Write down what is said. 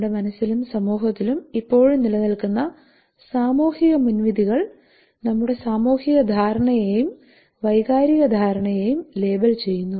നമ്മുടെ മനസ്സിലും സമൂഹത്തിലും ഇപ്പോഴും നിലനിൽക്കുന്ന സാമൂഹിക മുൻവിധികൾ നമ്മുടെ സാമൂഹിക ധാരണയെയും വൈകാരിക ധാരണയെയും ലേബൽ ചെയ്യുന്നു